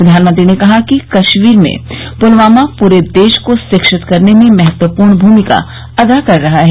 प्रधानमंत्री ने कहा कि कश्मीर में पुलवामा पूरे देश को शिक्षित करने में महत्वपूर्ण भूमिका अदा कर रहा है